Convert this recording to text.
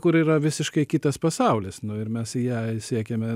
kur yra visiškai kitas pasaulis nu ir mes į ją siekėme